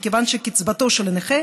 מכיוון שקצבתו של הנכה